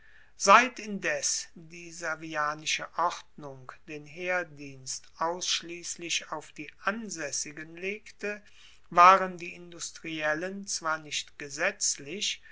seit indes die servianische ordnung den heerdienst ausschliesslich auf die ansaessigen legte waren die industriellen zwar nicht gesetzlich